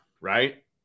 right